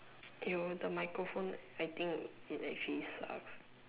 yo the microphone acting it actually sucks